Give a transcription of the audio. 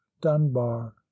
dunbar